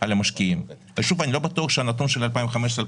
אני לא בטוח שהנתון של 2016-2015